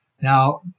Now